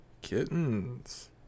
kittens